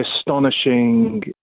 astonishing